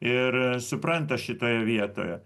ir supranta šitoje vietoje